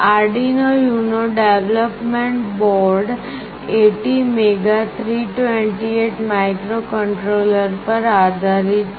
Arduino UNO development board ATmega 328 microcontroller પર આધારિત છે